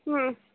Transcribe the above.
ம்